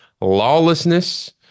lawlessness